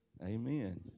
Amen